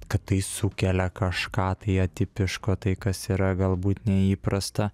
kad tai sukelia kažką tai atipiško tai kas yra galbūt neįprasta